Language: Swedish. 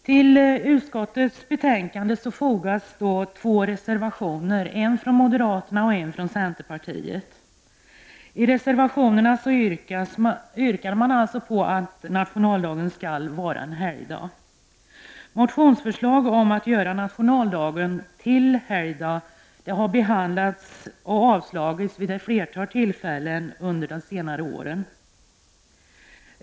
Till utskottets betänkande är två reservationer fogade -- en från moderaterna och en från centerpartiet. I reservationerna yrkar man att nationaldagen skall vara en helgdag. Men motionsförslag om att nationaldagen görs till helgdag har behandlats och avslagits vid ett flertal tillfällen under senare år.